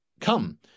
come